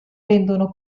rendono